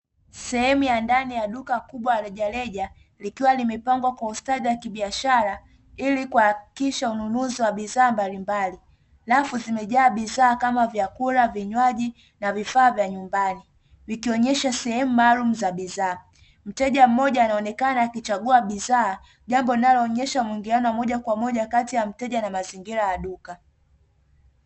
Sehemu ya ndani la duka kubwa la rejareja likiwa limepangwa kwa ustadi wa kibiashara ili kuhakikisha ununuzi wa bidhaa mbalimbali, rafu zimejaa vyakula, vinywaji na vifaa vya nyumbani vikionyesha sehemu maalumu za bidhaa, mteja mmoja anaonekana akichaguwa bidhaa jambo linaloonyesha muingiliano wa moja Kwa moja kati ya mteja na mazingira ya duka.